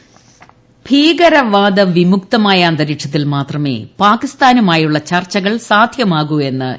ലോക്സഭ ഭീകരവാദ വിമുക്തമായ അന്തരീക്ഷത്തിൽ മാത്രമേ പാകിസ്ഥാനുമായുള്ള ചർച്ചകൾ സാധ്യമാകൂവെന്ന് ഇന്ത്യ